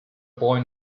boy